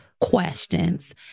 questions